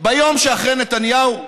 ביום שאחרי נתניהו?